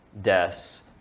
deaths